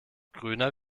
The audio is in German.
grüner